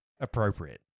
appropriate